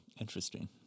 Interesting